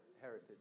heritage